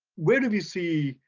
where do we see,